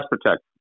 protect